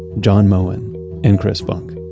john moen and chris funk.